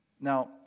Now